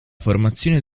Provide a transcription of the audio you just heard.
formazione